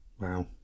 Wow